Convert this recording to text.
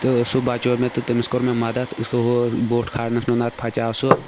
تہٕ سُہ بَچو مےٚ تہٕ تٔمِس کوٚر مےٚ مَدَد ہُہ بوٚٹھ کھارنَس منٛز نَتہٕ پھٹے سُہ